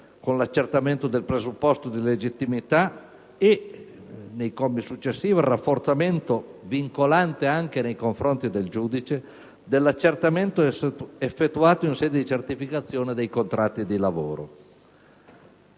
all'accertamento del presupposto di legittimità e, nei commi successivi, con il rafforzamento vincolante anche nei confronti del giudice dell'accertamento effettuato in sede di certificazione dei contratti di lavoro.